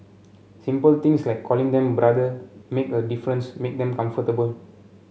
simple things like calling them 'brother' make a difference make them comfortable